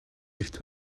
эрт